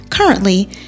Currently